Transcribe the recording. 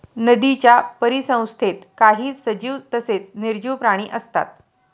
नदीच्या परिसंस्थेत काही सजीव तसेच निर्जीव प्राणी असतात